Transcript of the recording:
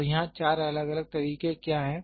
तो यहाँ चार अलग अलग तरीके क्या हैं